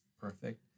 Perfect